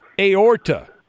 aorta